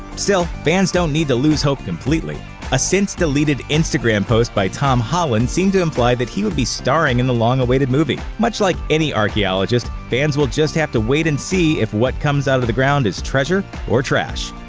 still, fans don't need to lose hope completely a since-deleted instagram post by tom holland seemed to imply that he would be starring in the long-awaited movie. much like any archaeologist, fans will just have to wait and see if what comes out of the ground is treasure. or trash.